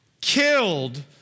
killed